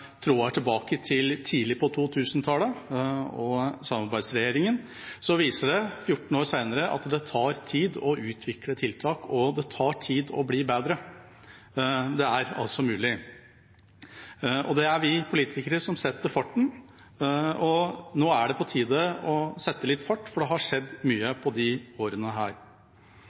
tråder tilbake til tidlig på 2000-tallet og samarbeidsregjeringa, viser det, 14 år senere, at det tar tid å utvikle tiltak, og at det tar tid å bli bedre. Det er altså mulig. Det er vi politikere som setter farten, og nå er det på tide å sette litt fart for det har skjedd mye på disse årene.